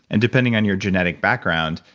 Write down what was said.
and depending on your genetic background,